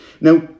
Now